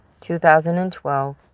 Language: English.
2012